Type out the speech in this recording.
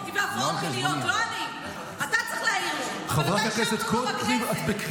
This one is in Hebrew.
אתה צריך להעיר לו כשהוא קורא: כיתות עם הפרעות מיניות.